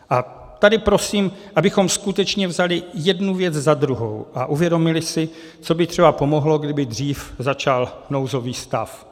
A tady prosím, abychom skutečně vzali jednu věc za druhou a uvědomili si, co by třeba pomohlo, kdyby dřív začal nouzový stav.